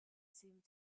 seemed